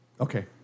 Okay